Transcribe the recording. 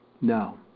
No